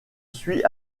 suis